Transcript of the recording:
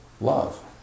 love